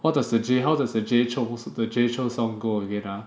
what does the Jay how does the Jay Chou the Jay Chou song go again ah